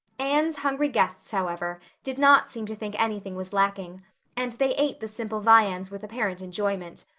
anne's hungry guests, however, did not seem to think anything was lacking and they ate the simple viands with apparent enjoyment.